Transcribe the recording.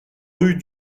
rue